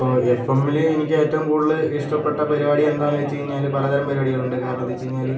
ഇപ്പോൾ F M ല് എനിക്ക് ഏറ്റവും കൂടുതല് ഇഷ്ടപ്പെട്ട പരുപാടി എന്താന്ന് വെച്ച് കഴിഞ്ഞാല് പലതരം പരിപാടികൾ ഉണ്ട് കാരണന്ത് വെച്ചു കഴിഞ്ഞാല്